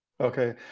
Okay